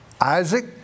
Isaac